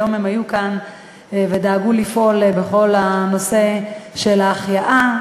היום הם היו כאן ודאגו לפעול בכל הנושא של ההחייאה,